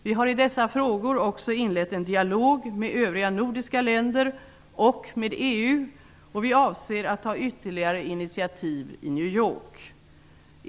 Vi har i dessa frågor också inlett en dialog med övriga nordiska länder och med EU samt avser ta ytterligare initiativ i New York.